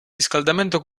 riscaldamento